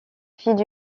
fille